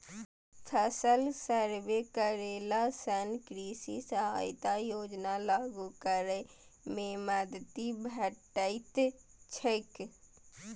फसल सर्वे करेला सं कृषि सहायता योजना लागू करै मे मदति भेटैत छैक